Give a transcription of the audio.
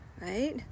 right